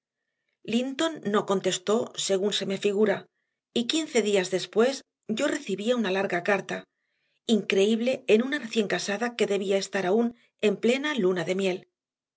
linton no contestó según se me figura y quince días después yo recibía una larga carta increíble en una recién casada que debía estar aún en plena luna de miel